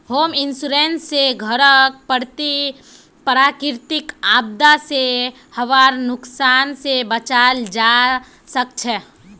home insurance स घरक प्राकृतिक आपदा स हबार नुकसान स बचाल जबा सक छह